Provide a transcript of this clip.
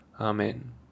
Amen